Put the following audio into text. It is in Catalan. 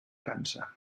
cansa